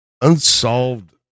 unsolved